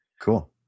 Cool